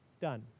done